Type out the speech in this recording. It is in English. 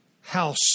house